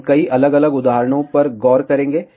हम कई अलग अलग उदाहरणों पर गौर करेंगे